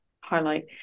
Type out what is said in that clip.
highlight